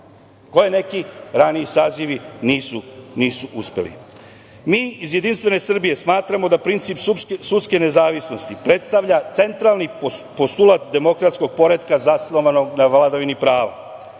koje neki raniji sazivi nisu uspeli. Mi iz JS smatramo da princip sudske nezavisnosti predstavlja centralni postulat demokratskog poretka zasnovanog na vladavini prava,